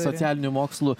socialinių mokslų